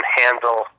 handle